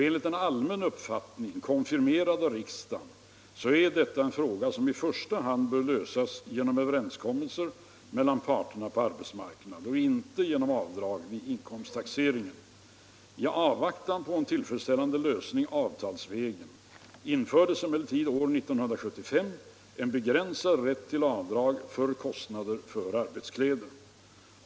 Enligt en allmän uppfattning konfirmerad av riksdagen är detta en fråga som i första hand bör lösas genom överenskommelser mellan parterna på arbetsmarknaden och inte genom avdrag vid inkomsttaxeringen. I avvaktan på en tillfredsställande lösning avtalsvägen infördes emellertid år 1975 en begränsad rätt till avdrag för kostnader för arbetskläder.